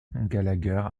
gallagher